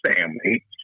family